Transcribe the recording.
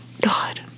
God